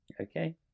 Okay